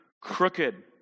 crooked